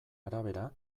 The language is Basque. arabera